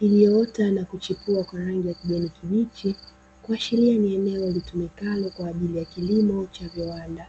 iliyoota na kuchipua kwa rangi ya kijani kibichi, kuashiria ni eneo litumikalo kwa ajili ya kilimo cha viwanda.